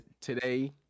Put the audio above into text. today